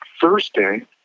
Thursday